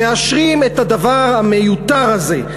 מאשרים את הדבר המיותר הזה.